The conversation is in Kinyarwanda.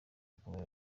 bikomeye